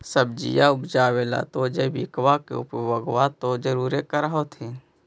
सब्जिया उपजाबे ला तो जैबिकबा के उपयोग्बा तो जरुरे कर होथिं?